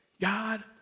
God